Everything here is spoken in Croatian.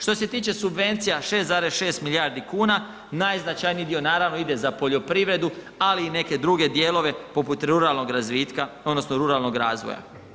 Što se tiče subvencija, 6,6 milijardi kuna, najznačajniji dio naravno, ide za poljoprivredu, ali i neke druge dijelove, poput ruralnog razvitka odnosno ruralnog razvoja.